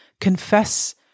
Confess